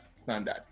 standard